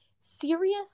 serious